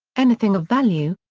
anything of value,